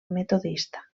metodista